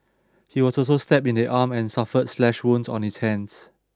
he was also stabbed in the arm and suffered slash wounds on his hands